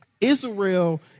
Israel